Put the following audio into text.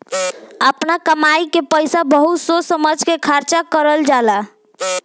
आपना कमाई के पईसा बहुत सोच समझ के खर्चा करल जाला